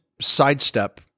sidestep